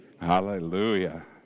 Hallelujah